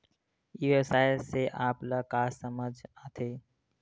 ई व्यवसाय से आप ल का समझ आथे?